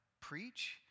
preach